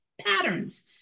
patterns